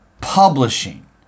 publishing